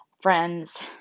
friends